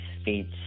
speech